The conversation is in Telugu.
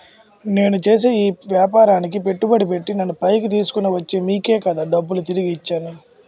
నేను చేసే ఈ వ్యాపారానికి పెట్టుబడి పెట్టి నన్ను పైకి తీసుకొచ్చిన మీకే కదా డబ్బులు తిరిగి ఇచ్చేను